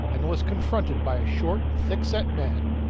and was confronted by a short, thickset man,